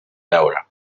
beure